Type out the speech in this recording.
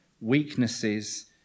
weaknesses